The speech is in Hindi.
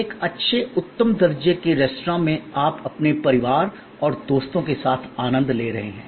एक अच्छे उत्तम दर्जे के रेस्तरां में आप अपने परिवार और दोस्तों के साथ आनंद ले रहे हैं